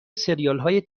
سریالهای